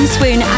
Swoon